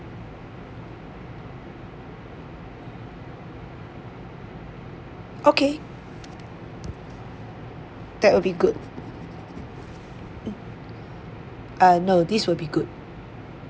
okay that will be good uh no this will be good